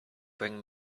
bring